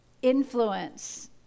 influence